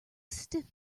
stiff